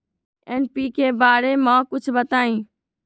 NPK बारे म कुछ बताई?